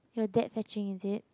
your dad fetching is it